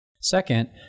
Second